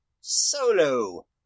Solo